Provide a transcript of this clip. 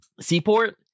Seaport